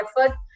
effort